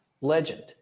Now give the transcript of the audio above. legend